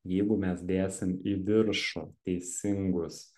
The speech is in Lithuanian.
jeigu mes dėsim į viršų teisingus